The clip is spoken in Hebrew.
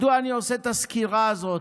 מדוע אני עושה את הסקירה הזאת?